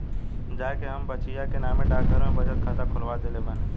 जा के हम बचिया के नामे डाकघर में बचत खाता खोलवा देले बानी